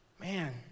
Man